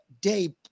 day